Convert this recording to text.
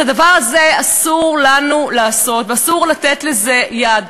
את הדבר הזה אסור לנו לעשות, ואסור לתת לזה יד.